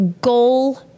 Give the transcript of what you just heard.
goal